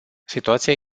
situația